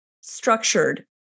structured